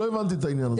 לא הבנתי את העניין הזה.